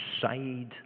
side